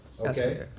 Okay